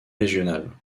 régionale